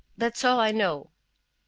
that's all i know.